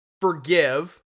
forgive